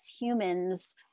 humans